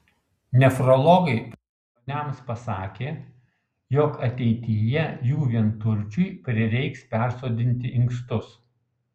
nefrologai pavilioniams pasakė jog ateityje jų vienturčiui prireiks persodinti inkstus